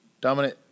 dominant